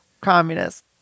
communist